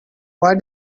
why